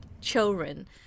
children